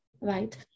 right